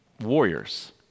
warriors